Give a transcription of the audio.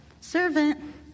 Servant